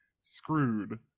screwed